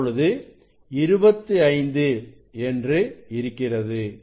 இப்பொழுது 25 என்று இருக்கிறது